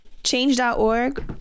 change.org